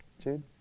Jude